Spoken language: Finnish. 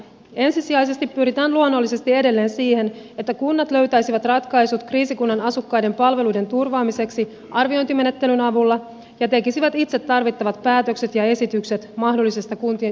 ensisijaisesti pyritään luonnollisesti edelleen siihen että kunnat löytäisivät ratkaisut kriisikunnan asukkaiden palveluiden turvaamiseksi arviointimenettelyn avulla ja tekisivät itse tarvittavat päätökset ja esitykset mahdollisesta kuntien yhdistymisestä